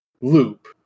loop